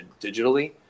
digitally